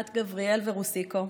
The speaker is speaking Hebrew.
בת גבריאל ורוסיקו,